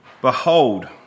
Behold